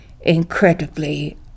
incredibly